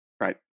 Right